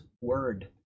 word